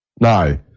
No